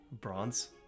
bronze